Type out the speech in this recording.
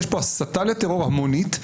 יש פה הסתה לטרור המונית.